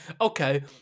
okay